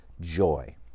joy